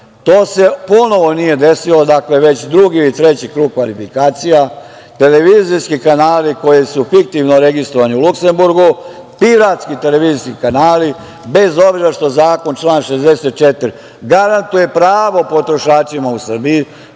se ponovo nije desilo. Dakle, već drugi ili treći krug kvalifikacija, televizijski kanali koji su fiktivno registrovani u Luksemburgu, piratski televizijski kanali, bez obzira što zakon, član 64, garantuje pravo potrošačima u Srbiji,